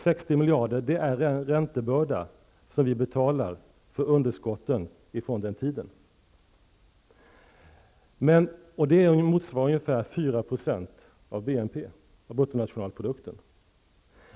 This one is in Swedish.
60 miljarder är den räntebörda som vi betalar för underskotten från den tiden. Det motsvarar ungefär 4 % av bruttonationalprodukten, BNP.